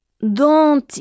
dont